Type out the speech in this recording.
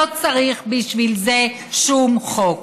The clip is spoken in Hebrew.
לא צריך בשביל זה שום חוק.